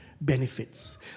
benefits